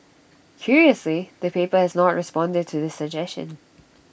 curiously the paper has not responded to this suggestion